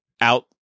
out